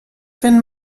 wenn